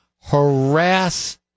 harass